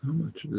much and